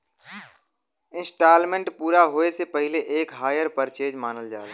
instalment पूरा होये से पहिले तक हायर परचेस मानल जाला